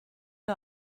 der